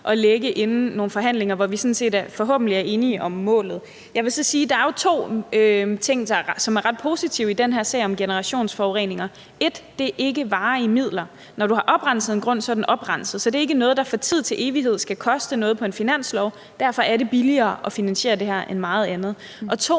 at lægge inden nogle forhandlinger, hvor vi forhåbentlig er enige om målet. Jeg vil jo så sige, at der er to ting, som er ret positive i den her sag om generationsforureninger. Den ene er, at det ikke er varige midler. Når du har oprenset en grund, er den oprenset. Så det er ikke noget, der for tid og evighed skal koste noget på en finanslov. Derfor er det billigere at finansiere det her end meget andet. Den